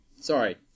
Sorry